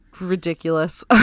ridiculous